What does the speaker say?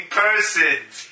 persons